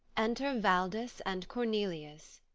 enter valdes and cornelius.